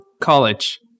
College